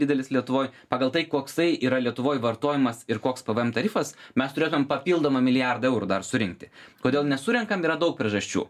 didelis lietuvoj pagal tai koksai yra lietuvoj vartojimas ir koks pvm tarifas mes turėtumėm papildomą milijardą eurų dar surinkti kodėl nesurenkam yra daug priežasčių